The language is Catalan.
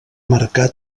marcar